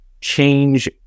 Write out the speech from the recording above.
change